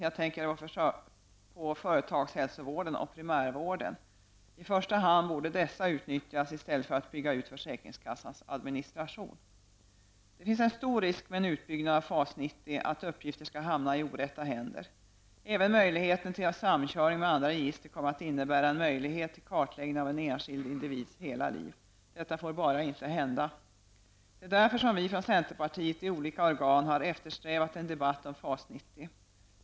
Jag tänker då på företagshälsovården och primärvården. I första hand borde man utnyttja dessa i stället för att bygga ut försäkringskassans administration. Med en utbyggnad av FAS90 finns en stor risk att uppgifter skall hamna i orätta händer. Möjligheten till samkörning med andra register kommer också att innebära en möjlighet till kartläggning av en enskild individs hela liv. Detta får bara inte hända. Det är därför som vi från centerpartiet i olika organ har eftersträvat en debatt om FAS90.